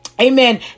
Amen